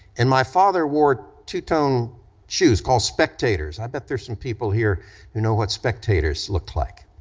and my father wore two-tone shoes called spectators, i bet there's some people here who know what spectators look like.